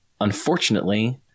unfortunately